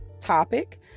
topic